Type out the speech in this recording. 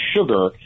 sugar